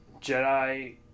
Jedi